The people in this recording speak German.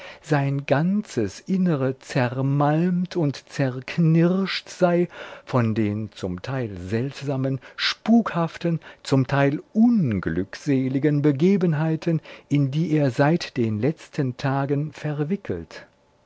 sein ganzes innere zermalmt und zerknirscht sei von den zum teil seltsamen spukhaften zum teil unglückseligen begebenheiten in die er seit den letzten tagen verwickelt